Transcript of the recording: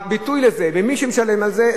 הביטוי של זה ומי שישלם על זה,